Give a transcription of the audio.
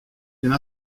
d’une